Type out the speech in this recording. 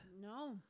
No